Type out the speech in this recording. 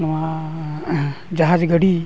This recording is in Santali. ᱱᱚᱣᱟᱻ ᱡᱟᱦᱟᱡᱽ ᱜᱟᱹᱰᱤ